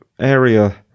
area